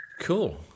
Cool